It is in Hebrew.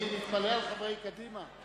אני מתפלא על חברי קדימה.